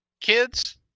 Kids